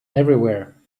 everywhere